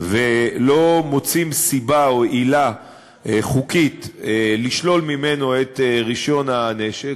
ולא מוצאים סיבה או עילה חוקית לשלול ממנו את רישיון הנשק,